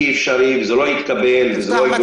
יתקבל וזה לא הגיוני.